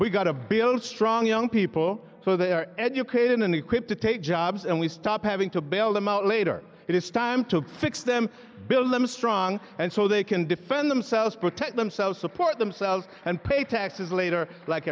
we've got to build strong young people so they are educated and equipped to take jobs and we stop having to bail them out later it is time to fix them build them strong and so they can defend themselves protect themselves support themselves and pay taxes later like